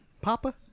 Papa